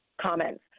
comments